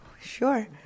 sure